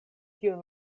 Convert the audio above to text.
tiun